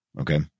okay